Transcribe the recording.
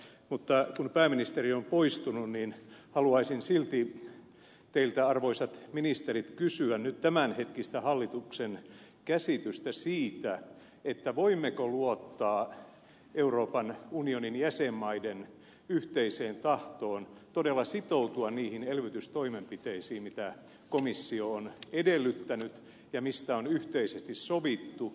mutta kun pääministeri on poistunut niin haluaisin silti teiltä arvoisat ministerit kysyä nyt tämänhetkistä hallituksen käsitystä siitä voimmeko luottaa euroopan unionin jäsenmaiden yhteiseen tahtoon todella sitoutua niihin elvytystoimenpiteisiin mitä komissio on edellyttänyt ja mistä on yhteisesti on sovittu